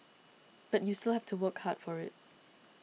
but you still have to work hard for it